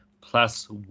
plus